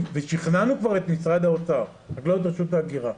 ושכנענו כבר את משרד האוצר ואת רשות ההגירה,